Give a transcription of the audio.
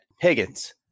Higgins